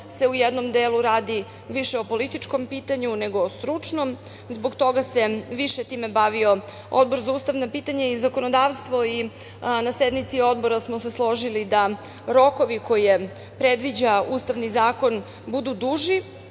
se u jednom delu radi više o političkom pitanju nego o stručnom. Zbog toga se više time bavio Odbor za ustavna pitanja i zakonodavstvo i na sednici Odbora smo se složili da rokovi koje predviđa Ustavni zakon budu duži